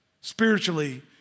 spiritually